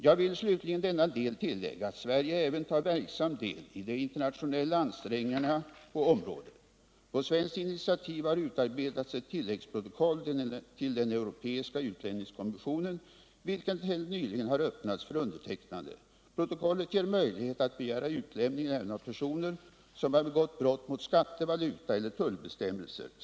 Jag vill slutligen i denna del tillägga att Sverige även tar verksam del i de internationella ansträngningarna på området. På svenskt initiativ har utar betats ett tilläggsprotokoll till den europeiska utlämningskonventionen, vilket helt nyligen har öppnats för undertecknande. Protokollet ger möjlighet att begära utlämning även av personer som har begått brott mot skatte-, valutaeller tullbestämmelser.